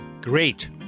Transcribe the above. Great